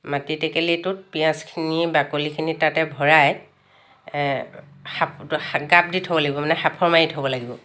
মাটিৰ টেকেলিটোত পিঁয়াজখিনি বাকলিখিনি তাতে ভৰাই সাপ গাপ দি থ'ব লাগিব মানে সাঁফৰ মাৰি থ'ব লাগিব